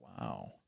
wow